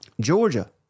georgia